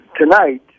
tonight